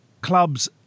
clubs